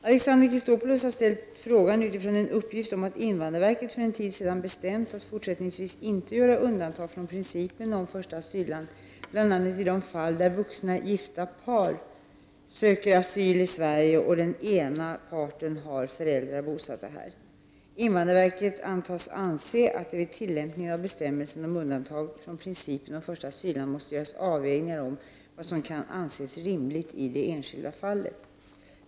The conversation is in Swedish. Alexander Chrisopoulos har ställt frågan utifrån en uppgift om att invandrarverket för en tid sedan bestämt att fortsättningsvis inte göra undantag från principen om första asylland bl.a. i de fall där vuxna gifta par söker asyl i Sverige och den ena parten har föräldrar bosatta här. Invandrarverket antas anse att det vid tillämpningen av bestämmelsen om undantag från principen om första asylland måste göras avvägningar om vad som kan anses rimligt i det enskilda fallet.